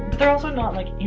they're also not like,